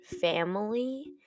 family